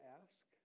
ask